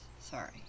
Sorry